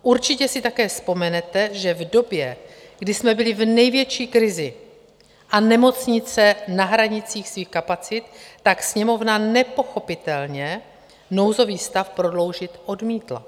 Určitě si také vzpomenete, že v době, kdy jsme byli v největší krizi a nemocnice na hranici svých kapacit, Sněmovna nepochopitelně nouzový stav prodloužit odmítla.